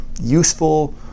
useful